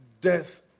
death